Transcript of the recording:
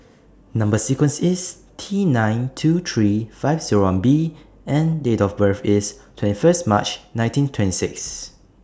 Number sequence IS T nine two three five Zero one B and Date of birth IS twenty First March nineteen twenty six